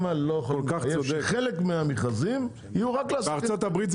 שחלק מהמכרזים יהיו רק לעסקים קטנים?